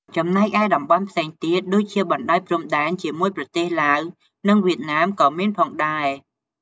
ចំណែកឯតំបន់ផ្សេងទៀត ដូចជា បណ្តោយព្រំដែនជាមួយប្រទេសឡាវ និងវៀតណាមក៏មានផងដែរ។